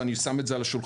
ואני שם את זה על השולחן,